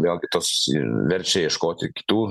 vėlgi tas verčia ieškoti kitų